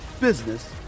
business